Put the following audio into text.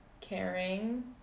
caring